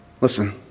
Listen